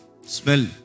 Smell